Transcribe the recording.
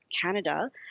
Canada